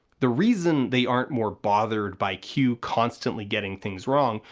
the reason they aren't more bothered by q constantly getting things wrong,